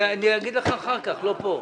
אני אגיד לך אחר כך, לא פה.